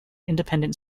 independent